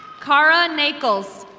cara naples.